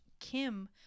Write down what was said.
Kim